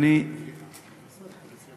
ועדת פנים.